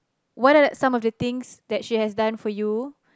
what are some of the things that she has done for you